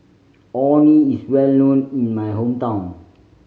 Orh Nee is well known in my hometown